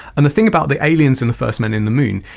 and the thing about the aliens in the first men in the moon,